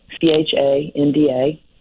C-H-A-N-D-A